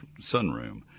sunroom